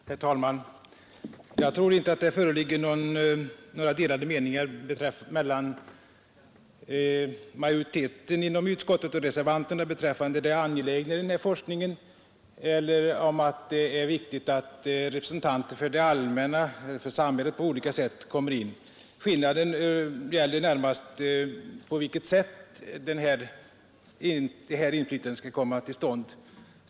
Herr talman! Jag tror inte att det föreligger några delade meningar mellan majoriteten inom utskottet och reservanterna beträffande det angelägna i den här forskningen eller om att det är viktigt att representanter för det allmänna, för samhället, på olika sätt kommer in. Skillnaden gäller närmast på vilket sätt det här inflytandet skall komma till stånd.